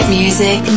music